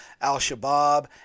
Al-Shabaab